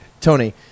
Tony